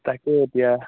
তাকে এতিয়া